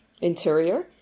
interior